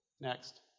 Next